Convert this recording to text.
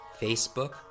Facebook